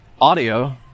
audio